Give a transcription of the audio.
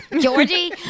Georgie